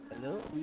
Hello